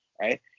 right